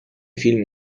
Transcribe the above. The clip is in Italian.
film